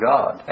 God